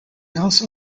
also